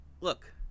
look